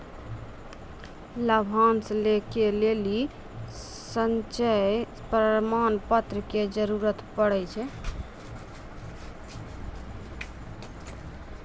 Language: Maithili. लाभांश लै के लेली संचय प्रमाण पत्र के जरूरत पड़ै छै